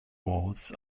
walls